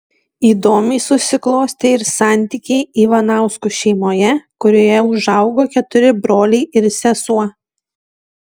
įdomiai susiklostė ir santykiai ivanauskų šeimoje kurioje užaugo keturi broliai ir sesuo